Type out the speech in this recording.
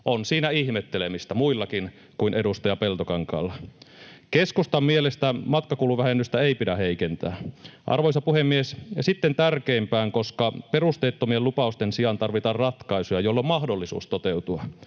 On siinä ihmettelemistä muillakin kuin edustaja Peltokankaalla. Keskustan mielestä matkakuluvähennystä ei pidä heikentää. Arvoisa puhemies! Sitten tärkeimpään, koska perusteettomien lupausten sijaan tarvitaan ratkaisuja, joilla on mahdollisuus toteutua.